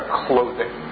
clothing